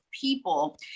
people